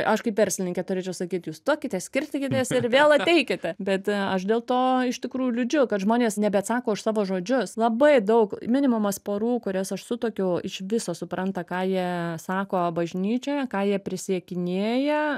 aš kaip verslininkė turėčiau sakyt jūs tuokitės skirstykitės ir vėl ateikite bet aš dėl to iš tikrųjų liūdžiu kad žmonės nebeatsako už savo žodžius labai daug minimumas porų kurias aš su tokiu iš viso supranta ką jie sako bažnyčioje ką jie prisiekinėja